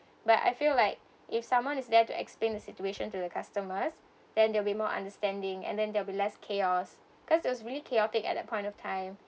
but I feel like if someone is there to explain the situation to the customers then there'll be more understanding and then there'll be less chaos because there's really chaotic at that point of time